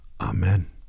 Amen